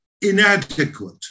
inadequate